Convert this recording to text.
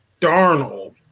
Darnold